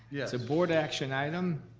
yeah it's a board action item.